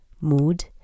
mood